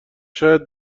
شاید